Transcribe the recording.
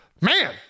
Man